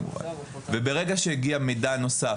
וברגע שהגיע מידע נוסף,